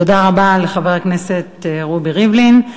תודה רבה לחבר הכנסת רובי ריבלין.